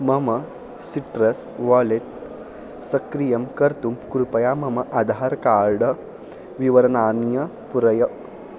मम Citrus wallet सक्रियं कर्तुं कृपया मम आधार् कार्ड् विवरणानि पूरय